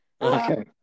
Okay